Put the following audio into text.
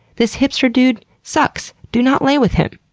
this hipster dude sucks, do not lay with him.